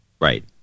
right